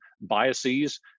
biases